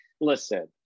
listen